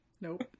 Nope